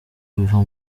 biva